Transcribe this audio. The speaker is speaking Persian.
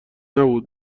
نبود